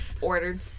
ordered